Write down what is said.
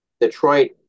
Detroit